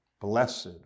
Blessed